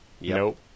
Nope